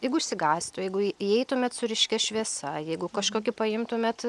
jeigu išsigąstų jeigu įeitumėt su ryškia šviesa jeigu kažkokį paimtumėt